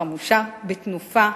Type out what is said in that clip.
חמושה בתנופה,